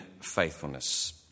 faithfulness